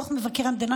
דוח מבקר המדינה,